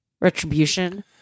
retribution